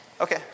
Okay